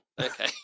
Okay